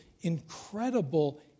incredible